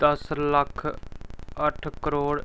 दस्स लक्ख अट्ठ करोड़